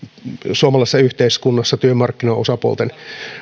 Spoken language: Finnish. suomalaisessa yhteiskunnassa työmarkkinaosapuolten